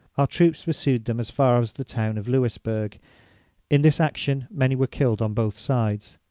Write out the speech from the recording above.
our troops pursued them as far as the town of louisbourgh in this action many were killed on both sides.